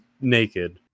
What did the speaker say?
naked